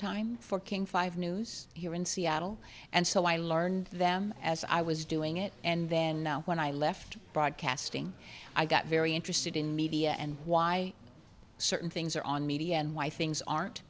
time for king five news here in seattle and so i learned them as i was doing it and then now when i left broadcasting i got very interested in media and why certain things are on media and why things aren't